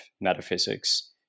metaphysics